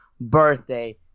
birthday